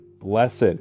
Blessed